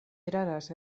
eraras